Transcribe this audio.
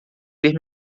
ter